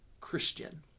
Christian